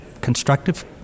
constructive